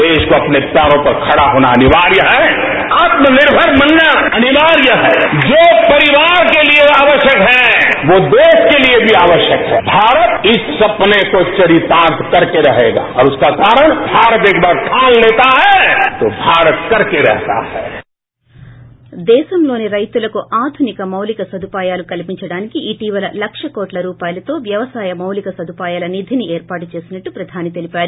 byte Narendra Modi దేశంలోని రైతులకు ఆధునిక మౌలిక సదుపాయాలు కల్పించడానికి ఇటీవల లక్ష్ కోట్ల రూపాయలతో వ్యవసాయ మౌలిక సదుపాయాల నిధిని ఏర్పాటు చేసినట్ల పధాని తెలిపారు